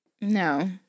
No